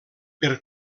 per